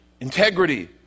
integrity